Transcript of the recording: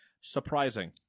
surprising